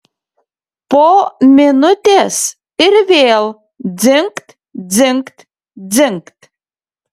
po minutės ir vėl dzingt dzingt dzingt